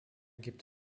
gibt